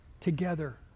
together